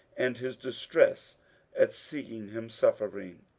and his distress at seeing him suffering.